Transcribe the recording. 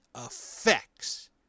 effects